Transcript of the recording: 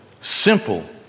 simple